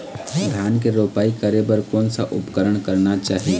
धान के रोपाई करे बर कोन सा उपकरण करना चाही?